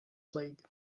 plague